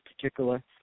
particular